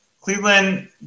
Cleveland